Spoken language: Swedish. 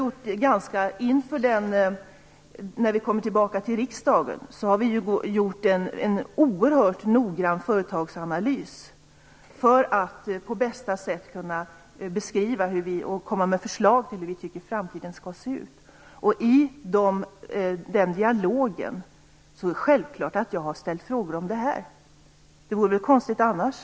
Innan vi kommer tillbaka till riksdagen har vi gjort en oerhört noggrann företagsanalys för att på bästa sätt kunna beskriva och komma med förslag till hur vi tycker att framtiden skall se ut. I den dialogen har jag självfallet ställt frågor om detta. Det vore konstigt annars.